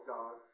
God